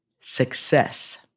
success